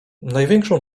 największą